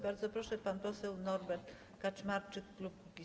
Bardzo proszę, pan poseł Norbert Kaczmarczyk, klub Kukiz’15.